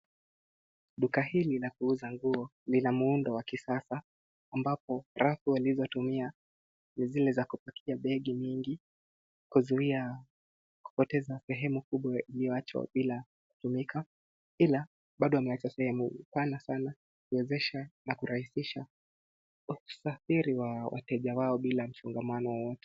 Duka hili la kuuza nguo ni la muundo wa kisasa ambapo rafu walizotumia ni zile za kupakia begi nyingi kuzuia kupoteza sehemu kubwa iliyoachwa bila kutumika. Ila bado wameacha sehemu pana sana kuwezesha na kurahisisha usafiri wa wateja wao bila msongamano wowote.